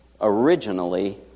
originally